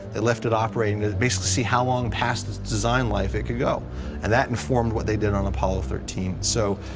they left it operating to basically see how long past its design life. it could go and that informed what they did on apollo thirteen. so,